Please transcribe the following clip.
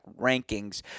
rankings